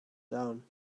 down